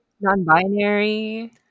non-binary